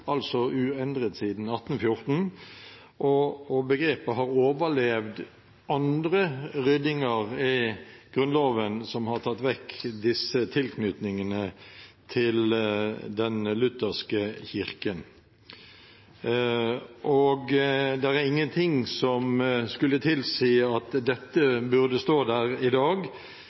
altså uendret siden 1814 – og begrepet har overlevd andre ryddinger i Grunnloven, som har tatt vekk disse tilknytningene til den lutherske kirken. Det er ingenting som skulle tilsi at dette burde stå der i dag.